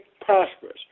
prosperous